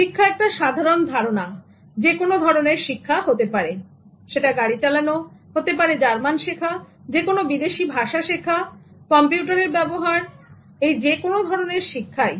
শিক্ষা একটা সাধারন ধারণা যে কোন ধরনের শিক্ষা হতে পারে গাড়ি চালানো হতে পারে জার্মান শেখা যে কোন বিদেশী ভাষা শিক্ষা কম্পিউটারের ব্যবহার সুতরাং যে কোন ধরনের শিক্ষা